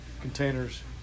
containers